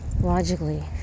logically